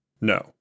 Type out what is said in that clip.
No